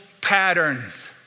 patterns